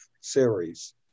series